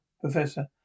Professor